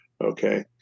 Okay